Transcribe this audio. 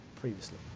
previously